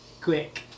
quick